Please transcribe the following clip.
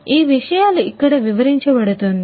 కాబట్టి ఈ విషయాలు ఇక్కడ వివరించబడుతుంది